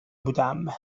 بودم